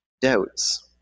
doubts